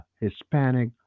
Hispanic